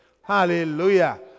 Hallelujah